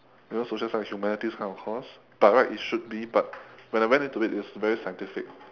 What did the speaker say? you know social science humanities kind of course by right it should be but when I went into it it's very scientific